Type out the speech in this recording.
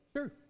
Sure